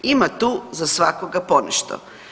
Ima tu za svakoga ponešto.